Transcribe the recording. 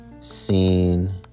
seen